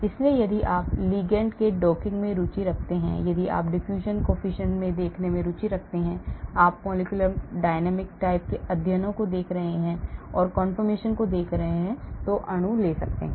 इसलिए यदि आप ligands के docking में रुचि रखते हैं यदि आप diffusion coefficient को देखने में रुचि रखते हैं यदि आप molecular dynamic type के अध्ययनों को देख रहे हैं यदि आप confirmations को देख रहे हैं तो अणु ले सकते हैं